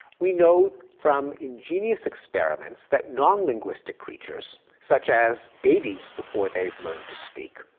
we know from ingenious experiments that non-linguistic creatures, such as babies before they've learned to speak,